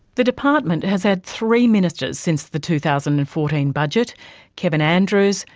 the department has had three ministers since the two thousand and fourteen budget kevin andrews,